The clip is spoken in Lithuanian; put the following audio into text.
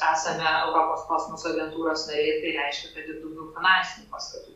esame europos kosmoso agentūros nariai ir tai reiškia kad ir daugiau finansinių paskatų